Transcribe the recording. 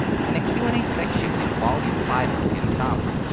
in a q and a section in volume five of gintama,